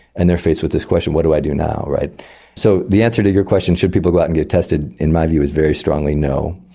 and they are faced with this question what do i do now? so the answer to your question should people go out and get tested? in my view is very strongly no,